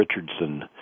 Richardson